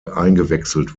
eingewechselt